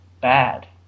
bad